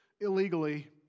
illegally